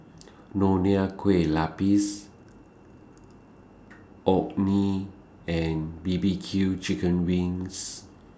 Nonya Kueh Lapis Orh Nee and B B Q Chicken Wings